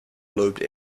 lobed